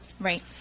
Right